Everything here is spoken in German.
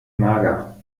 mager